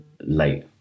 late